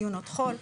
דיונות חול וכו'.